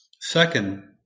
Second